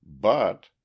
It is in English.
But—